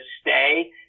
stay